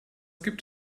gibt